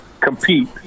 compete